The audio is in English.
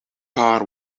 car